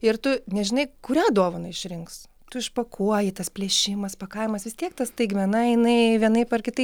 ir tu nežinai kurią dovaną išrinks tu išpakuoji tas plėšimas pakavimas vis tiek ta staigmena jinai vienaip ar kitaip